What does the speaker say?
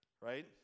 Right